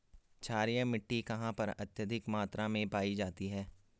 क्षारीय मिट्टी कहां पर अत्यधिक मात्रा में पाई जाती है?